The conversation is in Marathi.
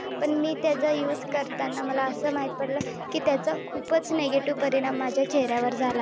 पण मी त्याचा यूज करताना मला असे माहीत पडले की त्याचे खूपच निगेटिव्ह परिणाम माझ्या चेहऱ्यावर झाला